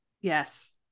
Yes